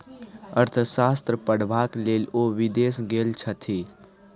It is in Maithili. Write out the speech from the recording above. अर्थशास्त्र पढ़बाक लेल ओ विदेश गेल छथि